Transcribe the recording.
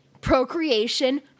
procreation